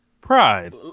Pride